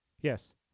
Yes